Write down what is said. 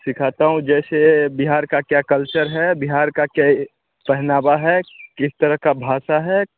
सिखाता हूँ जैसे बिहार का क्या कल्चर है बिहार का क्या पहनावा है किस तरह की भाषा है